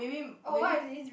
oh what is this